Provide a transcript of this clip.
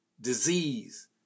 disease